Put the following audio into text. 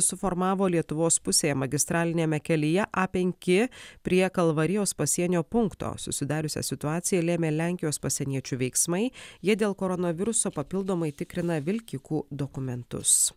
suformavo lietuvos pusėje magistraliniame kelyje a penki prie kalvarijos pasienio punkto susidariusią situaciją lėmė lenkijos pasieniečių veiksmai jie dėl koronaviruso papildomai tikrina vilkikų dokumentus